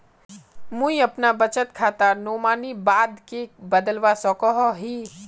मुई अपना बचत खातार नोमानी बाद के बदलवा सकोहो ही?